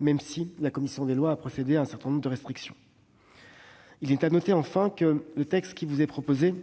même si la commission des lois a prévu un certain nombre de restrictions. Il est à noter enfin que le texte qui est proposé